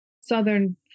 southern